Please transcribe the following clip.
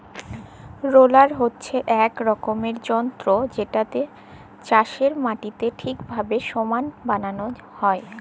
roller হছে ইক রকমের যল্তর যেটতে চাষের মাটিকে ঠিকভাবে সমাল বালাল হ্যয়